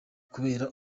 kubera